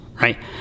right